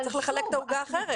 צריך לחלק את העוגה אחרת.